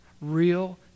Real